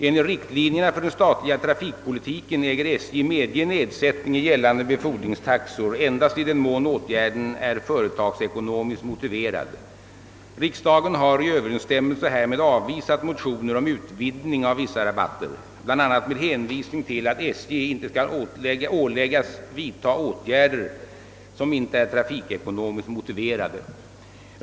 Enligt riktlinjerna för den statliga trafikpolitiken äger SJ medge nedsättning i gällande befordringstaxor endast i den mån åtgärden är företagsekonomiskt motiverad. Riksdagen har i överensstämmelse härmed avvisat motioner om utvidgning av vissa rabatter, bl.a. med hänvisning till att SJ inte skall åläggas vidta åtgärder, som inte är trafikekonomiskt motiverade.